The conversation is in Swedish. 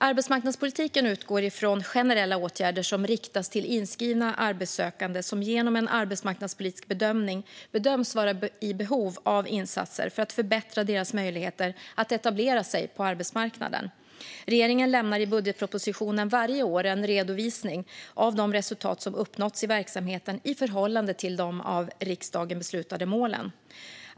Arbetsmarknadspolitiken utgår från generella åtgärder som riktas till inskrivna arbetssökande som enligt en arbetsmarknadspolitisk bedömning anses vara i behov av insatser för att förbättra deras möjligheter att etablera sig på arbetsmarknaden. Regeringen lämnar i budgetpropositionen varje år en redovisning av de resultat som uppnåtts i verksamheten i förhållande till de av riksdagen beslutade målen.